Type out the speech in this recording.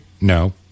No